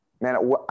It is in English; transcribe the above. Man